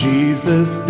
Jesus